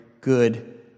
good